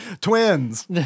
Twins